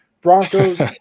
Broncos